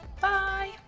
bye